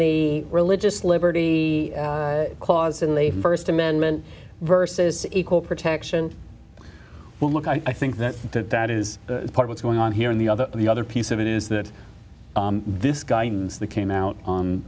the religious liberty clause in the st amendment versus equal protection well look i think that that that is part what's going on here in the other the other piece of it is that this guidance that came out on